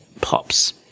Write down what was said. pops